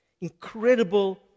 incredible